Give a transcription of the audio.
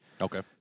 Okay